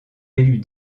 élus